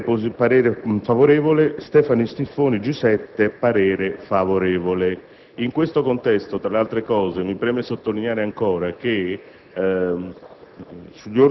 parere favorevole